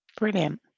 Brilliant